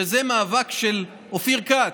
שזה מאבק של אופיר כץ,